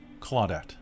Claudette